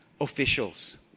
officials